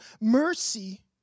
mercy